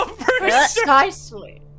Precisely